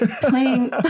playing